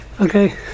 Okay